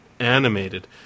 animated